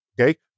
Okay